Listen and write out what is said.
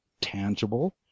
tangible